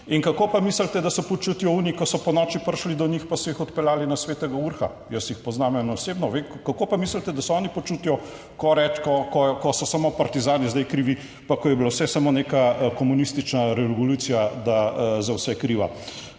in kako pa mislite, da se počutijo oni, ko so ponoči prišli do njih, pa so jih odpeljali na Svetega Urha? Jaz jih poznam ene osebno. Kako pa mislite, da se oni počutijo, ko reč…, ko so samo partizani zdaj krivi, pa ko je bilo vse samo neka komunistična revolucija da, za vse kriva?